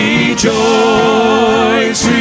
Rejoice